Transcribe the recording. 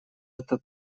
это